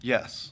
Yes